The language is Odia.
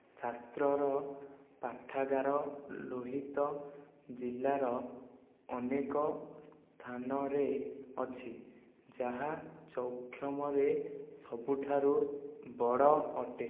ଶାସ୍ତ୍ରର ପାଠାଗାର ଲୋହିତ ଜିଲ୍ଲାର ଅନେକ ସ୍ଥାନରେ ଅଛି ଯାହା ଚୌଖାମରେ ସବୁଠାରୁ ବଡ଼ ଅଟେ